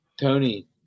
Tony